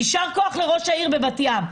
יישר כוח לראש עיריית בת ים,